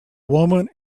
woman